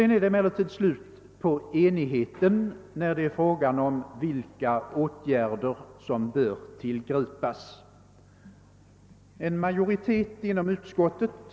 När det sedan blir fråga om vilka åtgärder som bör tillgripas är det emellertid slut på enigheten.